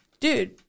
dude